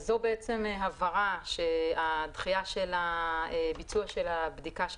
זו הבהרה שהדחייה של הביצוע של הבדיקה של